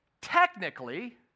Technically